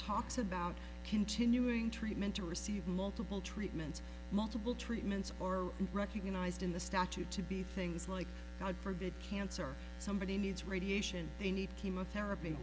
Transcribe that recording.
talks about continuing treatment to receive multiple treatments multiple treatments or recognized in the statute to be things like god forbid cancer somebody needs radiation they need chemotherapy